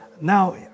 Now